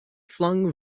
flung